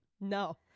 No